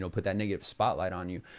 so put that negative spotlight on you.